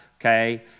okay